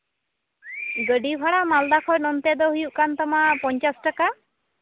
ᱜᱟᱹᱰᱤ ᱵᱷᱟᱲᱟ ᱢᱟᱞᱫᱟ ᱠᱷᱚᱡ ᱱᱚᱛᱮ ᱫᱚ ᱦᱩᱭᱩᱜ ᱠᱟᱱ ᱛᱟᱢᱟ ᱯᱚᱧᱪᱟᱥ ᱴᱟᱠᱟ